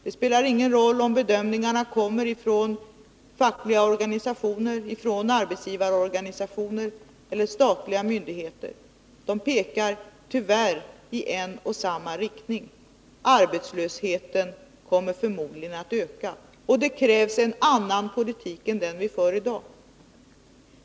Det spelar ingen roll om bedömningarna kommer från fackliga organisationer, arbetsgivarorganisationer eller statliga myndigheter. De pekar tyvärr i en och samma riktning: arbetslösheten kommer förmodligen att öka. Det krävs en annan politik än den som förs i dag.